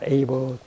able